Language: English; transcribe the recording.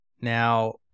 now